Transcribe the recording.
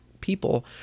people